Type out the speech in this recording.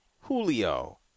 Julio